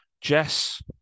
Jess